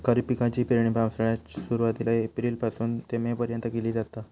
खरीप पिकाची पेरणी पावसाळ्याच्या सुरुवातीला एप्रिल पासून ते मे पर्यंत केली जाता